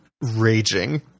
raging